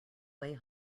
way